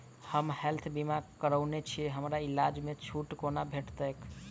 हम हेल्थ बीमा करौने छीयै हमरा इलाज मे छुट कोना भेटतैक?